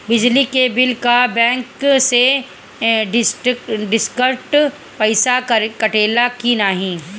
बिजली के बिल का बैंक से डिरेक्ट पइसा कटेला की नाहीं?